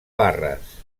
barres